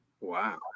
Wow